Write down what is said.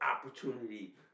opportunity